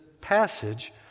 passage